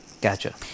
Gotcha